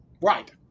Right